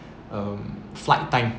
um flight time